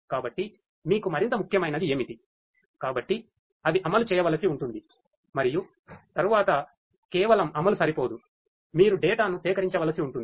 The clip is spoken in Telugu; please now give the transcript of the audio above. కాబట్టి మీకు మరింత ముఖ్యమైనది ఏమిటికాబట్టి అవి అమలు చేయవలసి ఉంటుంది మరియు తరువాత కేవలం అమలు సరిపోదు మీరు డేటా ను సేకరించవలసి ఉంటుంది